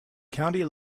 county